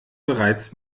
bereits